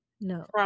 No